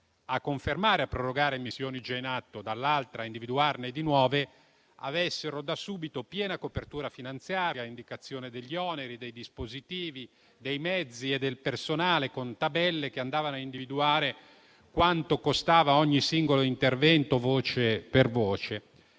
confermavano e prorogavano missioni già in atto e dall'altra ne individuavano di nuove avessero da subito piena copertura finanziaria, con indicazione degli oneri, dei dispositivi, dei mezzi e del personale e con tabelle che individuavano il costo di ogni singolo intervento, voce per voce.